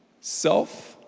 self